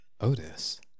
Otis